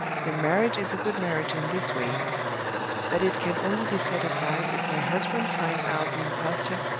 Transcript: the marriage is a good marriage in this way that it can only be set aside if my husband finds out the imposture,